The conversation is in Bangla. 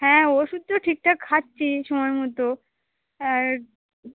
হ্যাঁ ওষুধ তো ঠিকঠাক খাচ্ছি সময় মতো আর